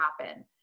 happen